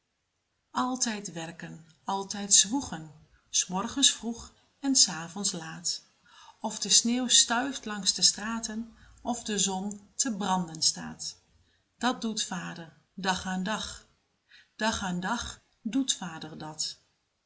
altijd werken altijd zwoegen s morgens vroeg en s avonds laat of de sneeuw stuift langs de straten of de zon te branden staat dat doet vader dag aan dag dag aan dag doet vader dat